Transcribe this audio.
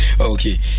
Okay